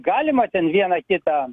galima ten vieną kitą